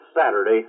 Saturday